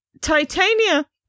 Titania